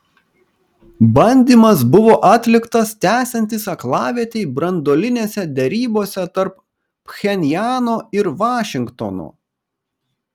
bandymas buvo atliktas tęsiantis aklavietei branduolinėse derybose tarp pchenjano ir vašingtono